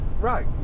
Right